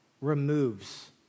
removes